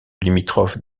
limitrophes